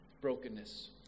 Brokenness